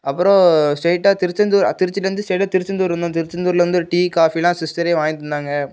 அப்புறம் ஸ்ட்ரெயிட்டாக திருச்செந்தூர் திருச்சியில் இருந்து ஸ்ட்ரெயிட்டாக திருச்செந்தூர் வந்தோம் திருச்செந்தூரில் வந்து ஒரு டீ காபிலாம் சிஸ்ட்டரே வாங்கி தந்தாங்க